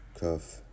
cuff